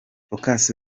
focus